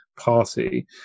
party